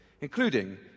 including